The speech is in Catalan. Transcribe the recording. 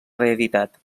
reeditat